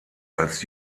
als